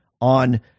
on